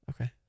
Okay